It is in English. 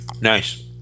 Nice